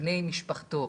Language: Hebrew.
בני משפחתו,